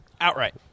outright